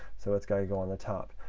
so it's got to go on the top.